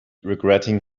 regretting